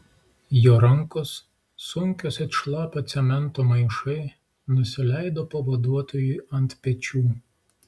jo rankos sunkios it šlapio cemento maišai nusileido pavaduotojui ant pečių